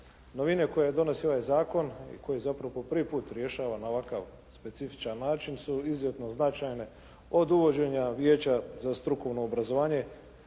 Novine koje donosi ovaj zakon i koji je zapravo po prvi puta rješavan na ovakav specifičan način su izuzetno značajne od uvođenja Vijeća za strukovno obrazovanje